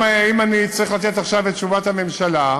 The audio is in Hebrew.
אם אני צריך לתת עכשיו את תשובת הממשלה,